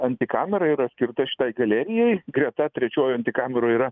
antikamera yra skirta šitai galerijai greta trečiojoj antikameroj yra